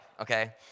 okay